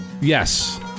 Yes